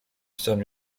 zanim